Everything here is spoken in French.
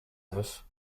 neuf